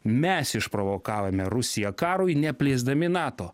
mes išprovokavome rusiją karui ne plėsdami nato